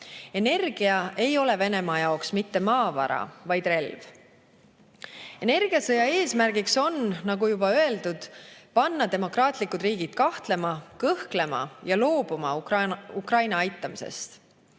Energia ei ole Venemaa jaoks mitte maavara, vaid relv. Energiasõja eesmärgiks on, nagu juba öeldud, panna demokraatlikud riigid kahtlema, kõhklema ja loobuma Ukraina aitamisest.